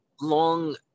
long